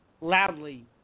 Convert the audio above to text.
loudly